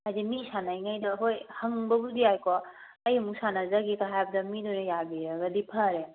ꯍꯥꯏꯕꯗꯤ ꯃꯤ ꯁꯥꯟꯅꯔꯤꯉꯩꯗ ꯍꯣꯏ ꯍꯪꯕꯕꯨꯗꯤ ꯌꯥꯏꯀꯣ ꯑꯩ ꯑꯃꯨꯛ ꯁꯥꯟꯅꯖꯒꯦꯀ ꯍꯥꯏꯕꯗ ꯃꯤꯗꯨꯅ ꯌꯥꯕꯤꯔꯒꯗꯤ ꯐꯔꯦ